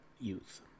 youth